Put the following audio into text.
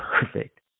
perfect